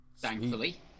thankfully